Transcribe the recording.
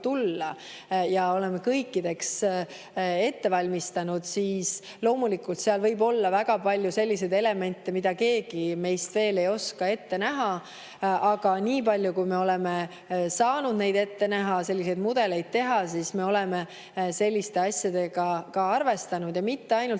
tulla, ja oleme kõigeks valmistunud? Loomulikult võib seal olla väga palju selliseid elemente, mida keegi meist veel ei oska ette näha, aga nii palju kui me oleme saanud neid asju ette näha ja mingeid mudeleid teha, oleme me selliste asjadega arvestanud, ja mitte ainult